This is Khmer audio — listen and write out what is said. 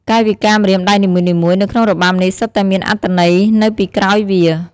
កាយវិការម្រាមដៃនីមួយៗនៅក្នុងរបាំនេះសុទ្ធតែមានអត្ថន័យនៅពីក្រោយវា។